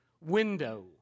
window